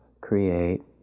create